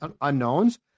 unknowns